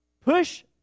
Push